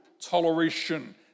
toleration